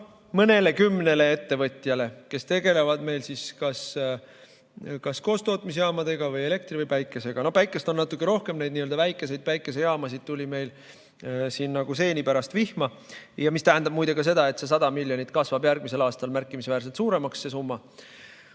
mõnekümnele ettevõtjale, kes tegelevad meil kas koostootmisjaamadega või elektri või päikesega. No päikest on natuke rohkem, neid väikeseid päikesejaamasid tuli meil siin nagu seeni pärast vihma. See tähendab muide ka seda, et see 100 miljonit, see summa kasvab järgmisel aastal märkimisväärselt suuremaks.